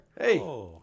Hey